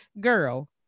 girl